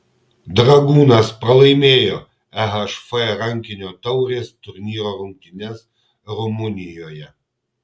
dragūnas pralaimėjo ehf rankinio taurės turnyro rungtynes rumunijoje